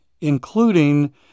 including